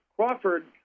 Crawford